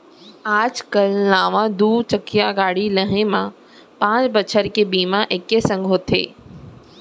आज काल नवा दू चकिया गाड़ी लेहे म पॉंच बछर के बीमा एके संग होथे